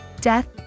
death